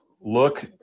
look